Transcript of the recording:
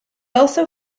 also